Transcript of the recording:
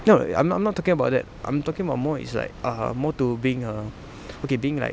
no I'm not I'm not talking about that I'm talking about more is like err more to being uh okay being like